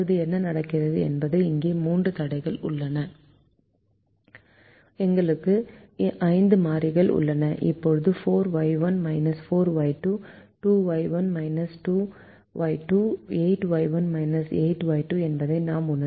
இப்போது என்ன நடக்கிறது என்பது இங்கு மூன்று தடைகள் உள்ளன எங்களுக்கு ஐந்து மாறிகள் உள்ளன இப்போது 4Y1 4Y2 2Y1 2Y2 8Y1 8Y2 என்பதை நாம் உணர்கிறோம்